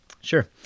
Sure